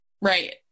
Right